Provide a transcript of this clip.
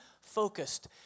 Focused